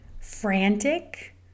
frantic